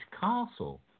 Castle